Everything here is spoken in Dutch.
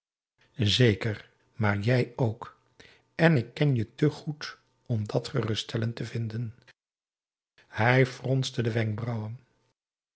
zeker maar jij ook en ik ken je te goed om dat geruststellend te vinden hij fronste de wenkbrauwen